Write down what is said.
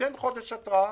ניתן חודש התראה